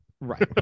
right